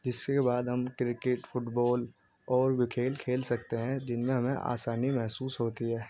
جس کے بعد ہم کرکٹ فٹ بال اور بھی کھیل کھیل سکتے ہیں جن میں ہمیں آسانی محسوس ہوتی ہے